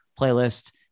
playlist